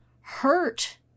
hurt